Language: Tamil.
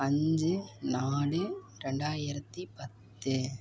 அஞ்சி நாலு ரெண்டாயரத்து பத்து